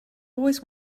always